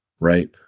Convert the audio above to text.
right